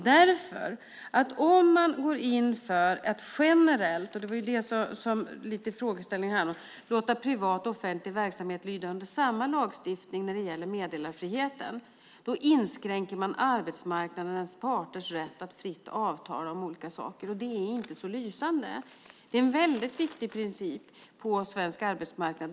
Det beror på att om man går in för att generellt, som frågeställningen lite grann handlade om, låta privat och offentlig verksamhet lyda under samma lagstiftning när det gäller meddelarfriheten inskränker man arbetsmarknadens parters rätt att fritt avtala om olika saker. Det är inte så lysande. Rätten att teckna avtal är en väldigt viktig princip på svensk arbetsmarknad.